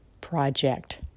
project